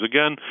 Again